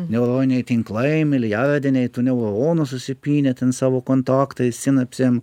neuroniniai tinklai milijardiniai tų neonų susipynę ten savo kontaktais sinapsėm